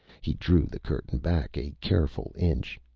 he drew the curtain back, a careful inch.